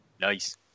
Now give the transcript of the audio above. Nice